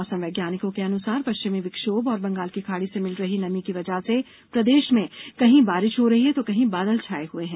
मौसम वैज्ञानिकों के अनुसार पश्चिमी विक्षोम और बंगाल की खाड़ी से मिल रही नमी की वजह से प्रदेश में कहीं बारिश हो रही है तो कहीं बादल छाए हुए हैं